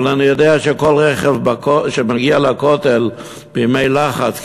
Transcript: כיוון שאני יודע שכל רכב שמגיע לכותל בימי לחץ,